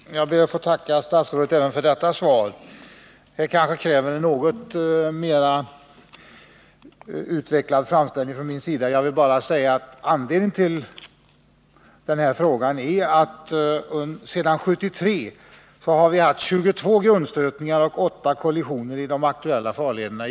Herr talman! Jag ber att få tacka statsrådet även för detta svar. Det kanske kräver en något er utvecklad framställning från min sida. Anledningen till att jag ställde denna fråga är att det sedan 1973 har inträffat 22 grundstötningar och 8 kollisioner i de aktuella farlederna.